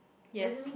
yes